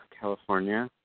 California